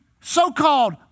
so-called